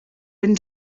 been